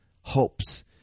hopes